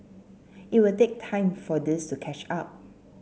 it will take time for this to catch up